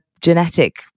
genetic